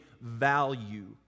value